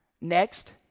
Next